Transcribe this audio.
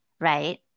right